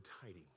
tidings